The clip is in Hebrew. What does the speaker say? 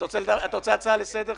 אני רוצה לחזק את מה